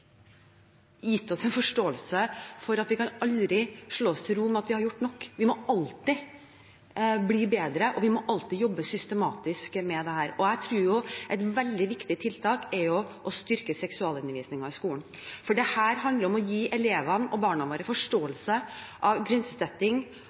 gitt oss en forståelse for at vi aldri kan slå oss til ro med at vi har gjort nok. Vi må alltid bli bedre, og vi må alltid jobbe systematisk med dette. Jeg tror at et veldig viktig tiltak er å styrke seksualundervisningen i skolen. For dette handler om å gi elevene og barna våre